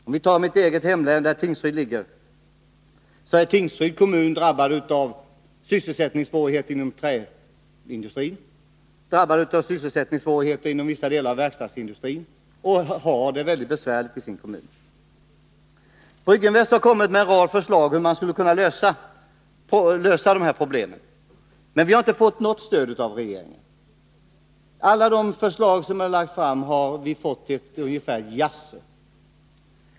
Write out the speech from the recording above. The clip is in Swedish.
Om vi tar mitt eget hemlän, kan vi konstatera att Tingsryds kommun drabbats av sysselsättningssvårigheter inom träindustrin och inom vissa delar av verkstadsindustrin. Förhållandena är alltså väldigt besvärliga i den kommunen. Från Brygginvests sida har vi kommit med en rad förslag när det gäller att lösa problemen. Men vi har inte fått något stöd från regeringen. Alla förslag som lagts fram har mötts av ett jaså eller någonting liknande.